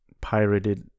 pirated